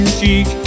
cheek